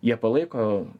jie palaiko